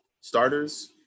Starters